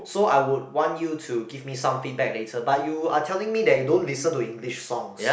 so I would want you to give me some feedback later but you are telling me that you don't listen to English songs